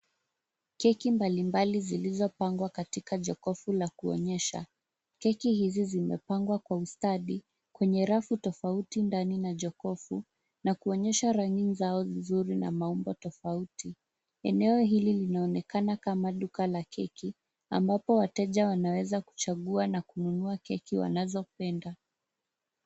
Keki mbalimbali zilizopangwa katika jokofu la kuonyesha. Keki hizi zimepangwa Kwa ustadi kwenye rafu tofauti ndani ya jokofu na kuonyesha rangi zao nzuri na maumbo tofauti. Eneo hili linaonekana kuwa kama duka la keki ambapo wateja wanaweza kuchagua na kununua keki wanazopenda.